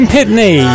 Pitney